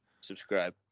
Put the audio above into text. Subscribe